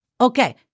Okay